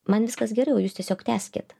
man viskas gerai o jūs tiesiog tęskit